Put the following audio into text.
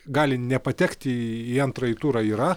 gali nepatekti į antrąjį turą yra